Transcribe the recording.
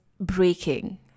breaking